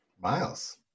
Miles